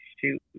shoot